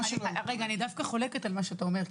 אני דווקא חולקת על מה שאתה אומר.